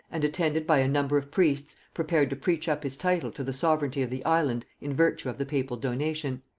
and attended by a number of priests prepared to preach up his title to the sovereignty of the island in virtue of the papal donation.